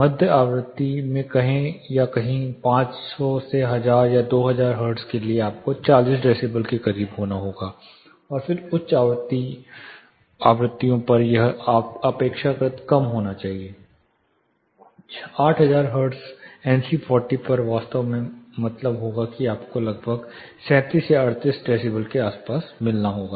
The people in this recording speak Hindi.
मध्य आवृत्ति में कहें कहीं 500 1000 या 2000 हर्ट्ज के लिए आपको 40 डेसिबल के करीब होना होगा और फिर उच्च आवृत्तियों पर यह अपेक्षाकृत कम होना चाहिए 8000 हर्ट्ज NC40 पर वास्तव में मतलब होगा कि आपको लगभग 37 या 38 डेसिबल के आसपास मिलना होगा